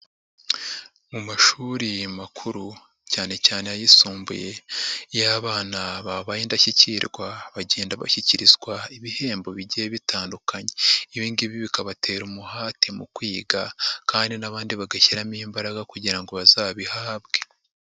Mu mashuri makuru cyane cyane ayisumbuye y'abana babaye indashyikirwa bagenda bashyikirizwa ibihembo bigiye bitandukanye. Ibi ngibi bikabatera umuhate mu kwiga kandi n'abandi bagashyiramo imbaraga kugira ngo bazabihabwe.